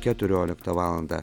keturioliktą valandą